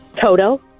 Toto